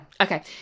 Okay